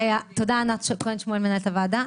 תודה, ענת כהן שמואל, מנהל הוועדה.